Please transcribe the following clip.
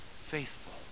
faithful